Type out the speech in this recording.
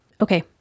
Okay